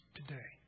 today